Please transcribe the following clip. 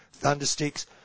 Thundersticks